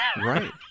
Right